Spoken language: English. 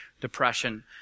depression